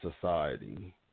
society